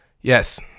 yes